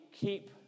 keep